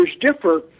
differ